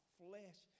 flesh